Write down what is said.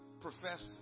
professed